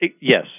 Yes